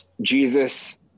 Jesus